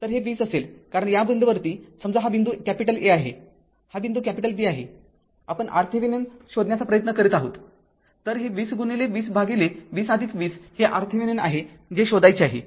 तर हे २० असेल कारण या बिंदूवरती समजाहा बिंदू A आहे हा बिंदू B आहे आपण RThevenin शोधण्याचा प्रयत्न करीत आहोत तर हे २० गुणिले २० भागिले २० २० हे RThevenin आहे जे शोधायचे आहे